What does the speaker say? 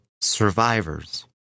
survivors